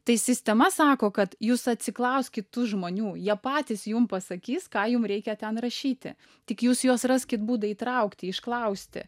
tai sistema sako kad jūs atsiklauskit tų žmonių jie patys jum pasakys ką jum reikia ten rašyti tik jūs juos raskit būdą įtraukti išklausti